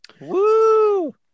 Woo